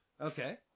Okay